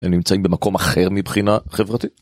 אני נמצא במקום אחר מבחינה חברתית.